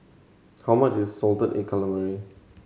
how much is salted egg calamari